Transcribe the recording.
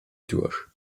durch